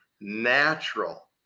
natural